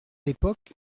l’époque